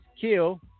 kill